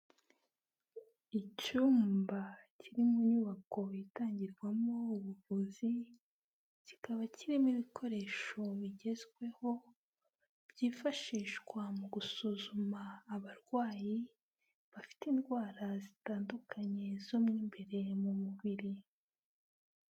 Icyumba kiri mu nyubako itangirwamo ubuvuzi, kikaba kirimo ibikoresho bigezweho byifashishwa mu gusuzuma abarwayi bafite indwara zitandukanye zo mu imbere mu mubiri.